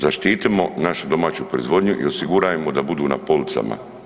Zaštitimo našu domaću proizvodnju i osigurajmo da budu na policama.